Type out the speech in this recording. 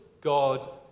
God